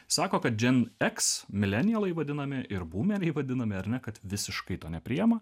sako kad gen x milenialai vadinami ir būme vadinami ar ne kad visiškai to nepriema